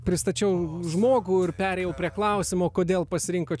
pristačiau žmogų ir perėjau prie klausimo kodėl pasirinkot